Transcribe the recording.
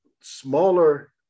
smaller